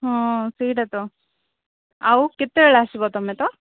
ହଁ ସେଇଟା ତ ଆଉ କେତେବେଳେ ଆସିବ ତୁମେ ତ